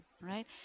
right